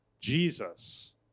Jesus